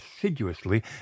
assiduously